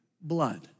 blood